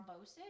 thrombosis